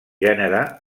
gènere